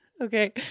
Okay